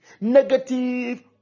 Negative